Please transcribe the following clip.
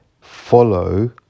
Follow